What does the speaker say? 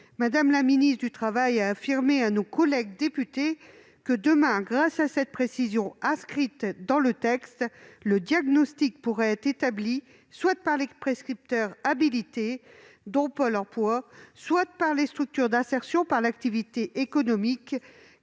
Mme la ministre du travail a affirmé à nos collègues députés que, demain, grâce à cette précision inscrite dans le texte, le diagnostic pourra être établi soit par des prescripteurs habilités, dont Pôle emploi, soit par les structures d'insertion par l'activité économique